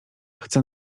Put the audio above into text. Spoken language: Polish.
chce